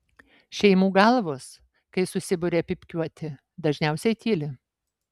šeimų galvos kai susiburia pypkiuoti dažniausiai tyli